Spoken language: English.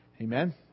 amen